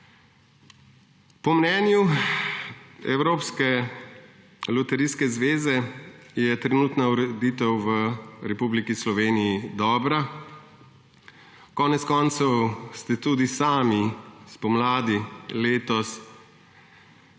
Po mnenju evropske loterijske zveze je trenutna ureditev v Republiki Sloveniji dobra. Konec koncev ste tudi sami spomladi letos rekli,